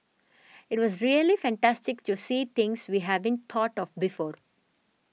it was really fantastic to see things we haven't thought of before